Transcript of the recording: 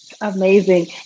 Amazing